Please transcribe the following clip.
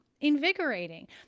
invigorating